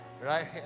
Right